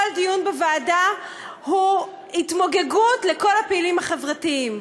כל דיון בוועדה הוא התמוגגות לכל הפעילים החברתיים,